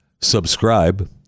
Subscribe